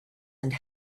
and